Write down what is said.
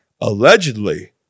allegedly